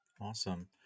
Awesome